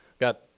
got